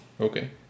Okay